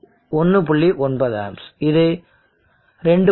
9 amps இது 2